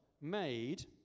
made